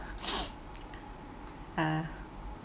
uh